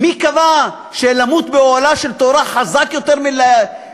מי קבע שלמות באוהלה של תורה חזק יותר מלמות,